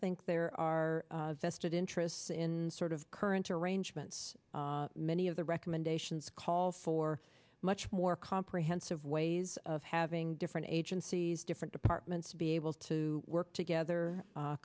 think there are vested interests in sort of current arrangements many of the recommendations call for much more comprehensive ways of having different agencies different departments to be able to work together